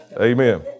Amen